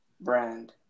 brand